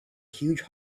huge